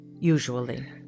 usually